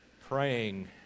praying